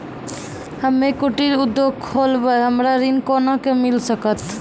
हम्मे कुटीर उद्योग खोलबै हमरा ऋण कोना के मिल सकत?